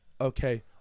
okay